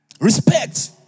Respect